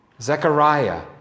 Zechariah